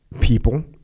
people